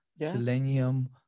selenium